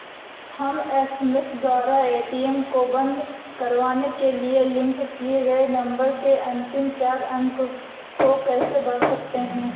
हम एस.एम.एस द्वारा ए.टी.एम को बंद करवाने के लिए लिंक किए गए नंबर के अंतिम चार अंक को कैसे भर सकते हैं?